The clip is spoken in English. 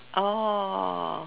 oh